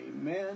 amen